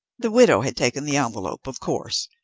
the widow had taken the envelope, of course.